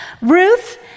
Ruth